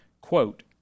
quote